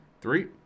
three